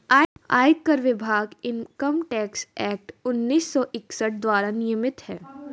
आयकर विभाग income tax act उन्नीस सौ इकसठ द्वारा नियमित है